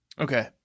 Okay